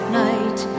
night